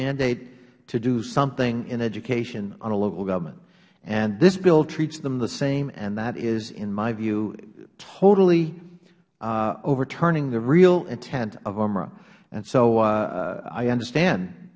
mandate to do something in education on a local government and this bill treats them the same and that is in my view totally overturning the real intent of umra so i understand